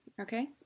Okay